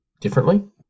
differently